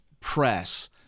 press